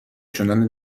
شدن